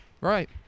right